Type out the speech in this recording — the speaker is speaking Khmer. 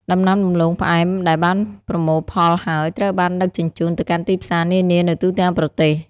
ដំណាំដំឡូងផ្អែមដែលបានប្រមូលផលហើយ ត្រូវបានដឹកជញ្ជូនទៅកាន់ទីផ្សារនានានៅទូទាំងប្រទេស។